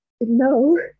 no